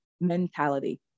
mentality